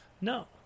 No